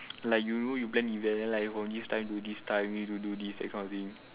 like you know you plan event like from this time to this time you need to do this that kind of thing